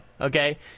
Okay